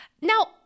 Now